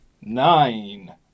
Nine